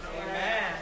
Amen